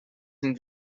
den